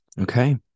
Okay